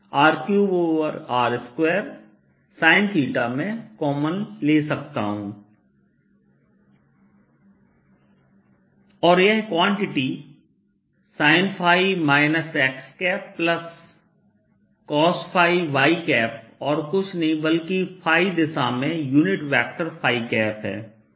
Ar0K4π4π3 R3r2sinθ sin x0K4π4π3 R3r2sinθ cos y r≥R और यह quantity sin xcos y और कुछ नहीं बल्कि दिशा में यूनिट वेक्टर है